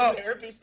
ah therapy so